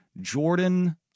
Jordan